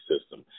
system